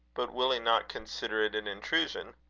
but will he not consider it an intrusion?